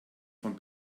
von